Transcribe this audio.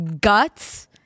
guts